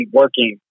working